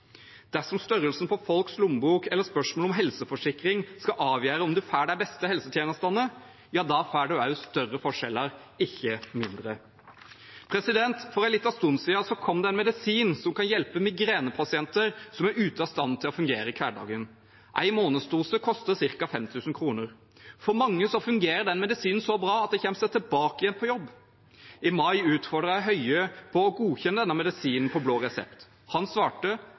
Dersom størrelsen på folks lommebok eller spørsmål om helseforsikring skal avgjøre om man får de beste helsetjenestene, får man også større forskjeller, ikke mindre. For en liten stund siden kom det en medisin som kan hjelpe migrenepasienter som er ute av stand til å fungere i hverdagen. En månedsdose koster ca. 5 000 kr. For mange fungerer den medisinen så bra at de kommer seg tilbake på jobb. I mai utfordret jeg statsråd Høie til å godkjenne denne medisinen på blå resept. Han svarte: